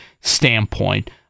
standpoint